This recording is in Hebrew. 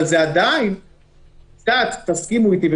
אבל תסכימו אתי,